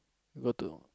you got to